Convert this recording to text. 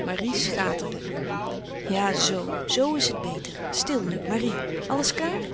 marie schaterde ja zoo zoo is het beter stil nu marie alles klaar